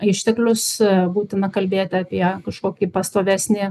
išteklius būtina kalbėti apie kažkokį pastovesnį